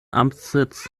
amtssitz